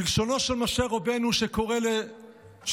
בלשונו של משה רבינו שקורא לשבט